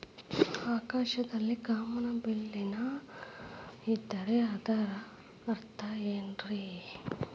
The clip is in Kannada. ಆಕಾಶದಲ್ಲಿ ಕಾಮನಬಿಲ್ಲಿನ ಇದ್ದರೆ ಅದರ ಅರ್ಥ ಏನ್ ರಿ?